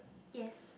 yes